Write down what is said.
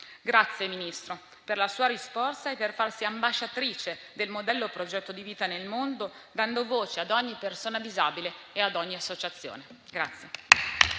Grazie, Ministro, per la sua risposta e per farsi ambasciatrice del modello Progetto di vita nel mondo, dando voce ad ogni persona disabile e ad ogni associazione.